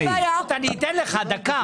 אני אתן לך, דקה.